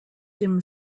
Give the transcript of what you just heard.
dim